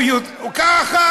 ככה